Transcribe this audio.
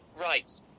Right